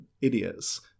idiots